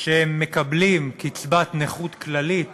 שמקבלים קצבת נכות כללית